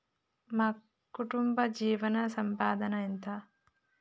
మా కుటుంబ జీవన సంపాదన ఎంత?